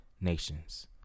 nations